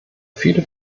viele